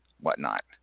whatnot